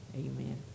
amen